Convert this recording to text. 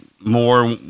more